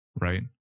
right